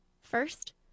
First